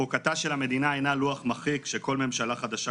חוקתה של המדינה אינה לוח מחיק שכל ממשלה חדשה